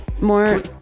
more